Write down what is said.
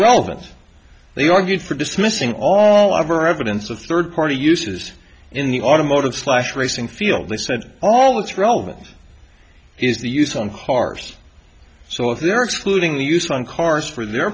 relevant they are good for dismissing all of our evidence of third party uses in the automotive slash racing field they said all that's relevant is the use on cars so if there excluding the use on cars for their